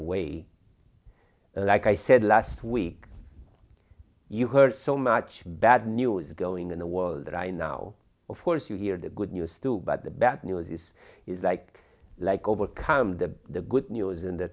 away like i said last week you heard so much bad news going in the world right now of course you hear the good news too but the bad news is it's like like overcome the good news and the